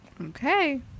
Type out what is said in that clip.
Okay